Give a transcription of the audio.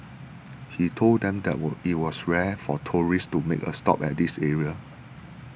he told them that was it was rare for tourists to make a stop at this area